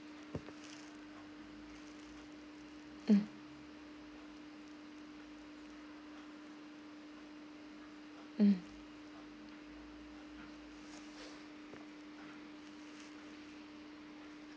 mm mm